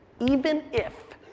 even if,